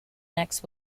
next